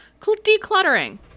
decluttering